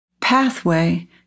pathway